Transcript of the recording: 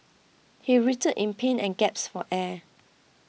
he writhed in pain and gasped for air